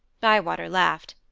bywater laughed.